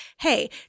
hey